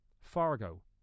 Fargo